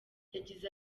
yagize